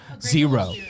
Zero